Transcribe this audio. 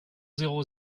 zéro